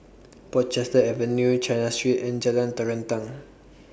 Portchester Avenue China Street and Jalan Terentang